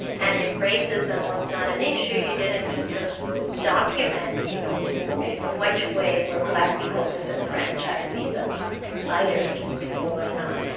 and if racism was not an issue, you didn't need to document, you know, in which way were black people disenfranchised vis-a-vis lighter-skinned people or not.